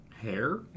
hair